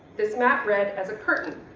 this matt red as a curtain,